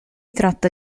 tratta